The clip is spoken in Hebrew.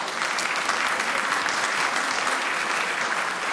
(מחיאות כפיים)